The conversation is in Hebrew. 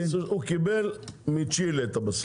הוא קיבל מצ'ילה את הבשר.